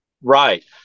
Right